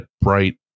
bright